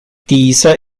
dieser